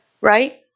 right